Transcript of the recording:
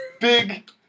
Big